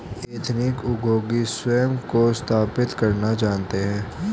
ethnic उद्योगी स्वयं को स्थापित करना जानते हैं